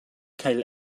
kaj